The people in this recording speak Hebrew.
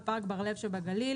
בפארק בר לב שבגליל.